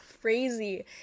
crazy